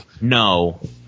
No